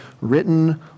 written